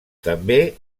també